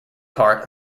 part